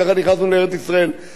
ככה נכנסנו לארץ-ישראל,